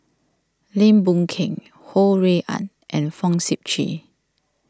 Lim Boon Keng Ho Rui An and Fong Sip Chee